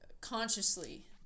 consciously